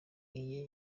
eye